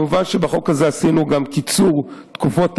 כמובן שבחוק הזה עשינו גם קיצור של תקופות